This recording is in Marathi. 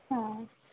हां